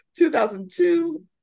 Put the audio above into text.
2002